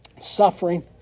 suffering